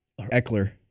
Eckler